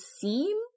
seem